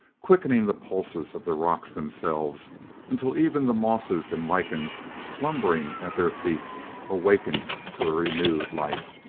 quickening the pulses of the rocks themselves until even the mosses and lichens slumbering at their feet awakened to renewed life.